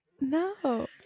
No